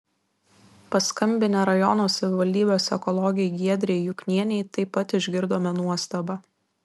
paskambinę rajono savivaldybės ekologei giedrei juknienei taip pat išgirdome nuostabą